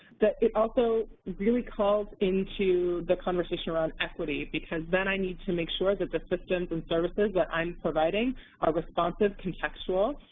that it also really calls into the conversation around equity because then i need to make sure that the systems and services that i'm providing are responsive, contextual,